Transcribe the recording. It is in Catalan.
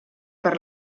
per